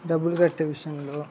డబ్బులు కట్టే విషయంలో